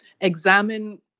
examine